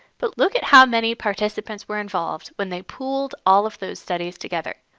but look at how many participants were involved when they pooled all of those studies together.